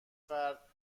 فرد